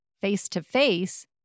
face-to-face